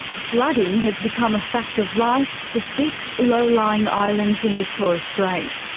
flooding has become a fact of life for six low-lying islands in the torres strait.